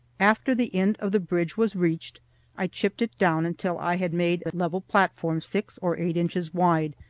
after the end of the bridge was reached i chipped it down until i had made a level platform six or eight inches wide,